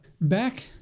back